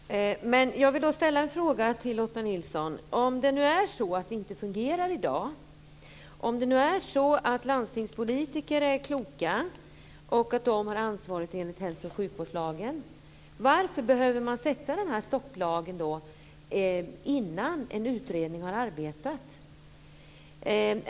Fru talman! Jag vill ställa en fråga till Lotta Nilsson-Hedström. Om det är så att det inte fungerar i dag, och om det är så att landstingspolitiker är kloka och att de har ansvar enligt hälso och sjukvårdslagen, varför behöver man då ha den här stopplagen innan en utredning har arbetat?